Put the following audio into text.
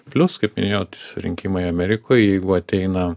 plius kaip minėjot jūs rinkimai amerikoj jau ateina